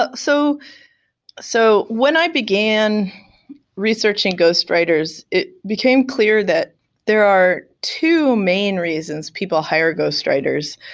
but so so when i began researching ghost writers, it became clear that there are two main reasons people hire ghost writers.